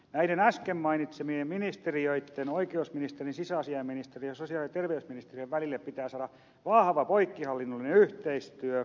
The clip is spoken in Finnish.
näiden äsken mainitsemieni ministeriöitten oikeusministeriön sisäasiainministeriön ja sosiaali ja terveysministeriön välille pitää saada vahva poikkihallinnollinen yhteistyö